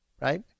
Right